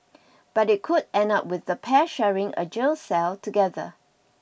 but it could end up with the pair sharing a jail cell together